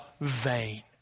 vain